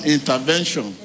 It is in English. Intervention